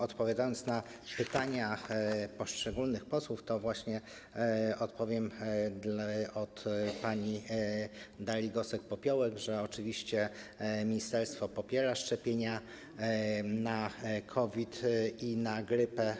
Odpowiadając na pytania poszczególnych posłów, odpowiem pani Darii Gosek-Popiołek, że oczywiście ministerstwo popiera szczepienia na COVID i na grypę.